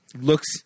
—looks